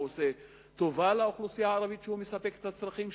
הוא עושה טובה לאוכלוסייה הערבית שהוא מספק את הצרכים שלה?